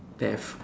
death